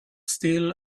still